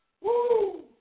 Woo